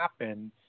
happen